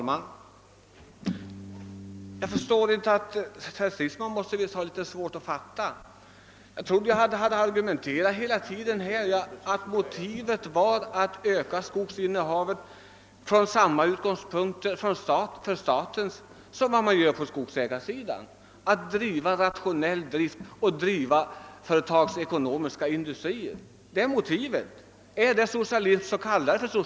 Herr talman! Herr Stridsman måste ha svårt att fatta. Jag trodde att det av min argumentation klart framgick att motivet för att öka det statliga skogsinnehavet är detsamma som när man vill öka det privata skogsinnehavet — ati åstadkomma rationell drift och företagsekonomiska industrier. Är detta socialism så kalla det gärna så.